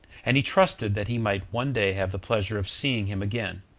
and he trusted that he might one day have the pleasure of seeing him again.